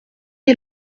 est